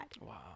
Wow